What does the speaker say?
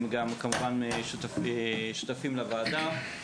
הם כמובן גם שותפים לוועדה.